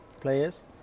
players